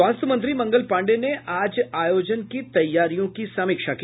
स्वास्थ्य मंत्री मंगल पांडेय ने आज आयोजन की तैयारियों की समीक्षा की